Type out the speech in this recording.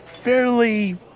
fairly